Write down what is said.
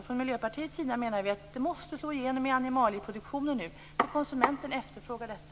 Från Miljöpartiets sida menar vi att det nu måste slå igenom i animalieproduktionen. Konsumenten efterfrågar detta.